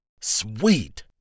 sweet